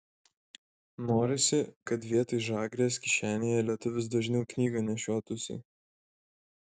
norisi kad vietoj žagrės kišenėje lietuvis dažniau knygą nešiotųsi